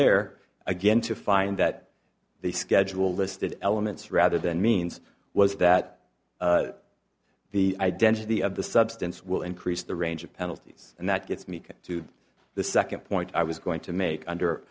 there again to find that they schedule listed elements rather than means was that the identity of the substance will increase the range of penalties and that gets me to the second point i was going to make under